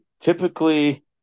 Typically